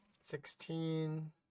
Sixteen